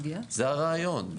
זה הרעיון,